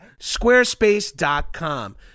Squarespace.com